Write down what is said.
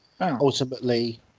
ultimately